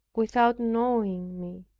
without knowing me.